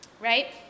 right